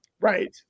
right